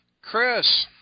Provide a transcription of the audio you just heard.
Chris